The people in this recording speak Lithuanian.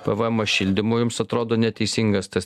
pvemas šildymui jus atrodo neteisingas tas